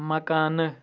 مکانہٕ